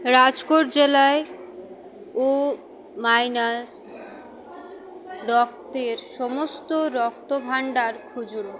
রাজকোট জেলায় O minus রক্তের সমস্ত রক্তভাণ্ডার খুঁজুন